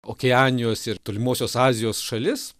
okeanijos ir tolimosios azijos šalis